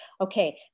Okay